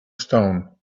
stone